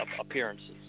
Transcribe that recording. appearances